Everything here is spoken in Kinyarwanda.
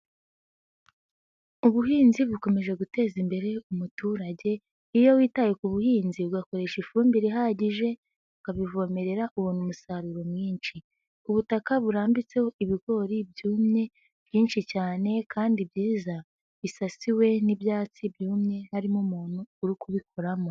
Ubuhinzi bukomeje guteza imbere umuturage, iyo witaye ku buhinzi ugakoresha ifumbire ihagije, ukabivomerera ubona umusaruro mwinshi. Ubutaka burambitseho ibigori byumye byinshi cyane kandi byiza, bisasiwe n'ibyatsi byumye harimo umuntu uri kubikoramo.